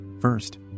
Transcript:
First